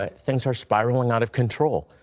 ah things are spiralling out of control.